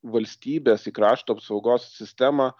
valstybės į krašto apsaugos sistemą